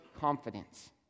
confidence